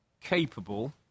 capable